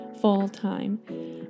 full-time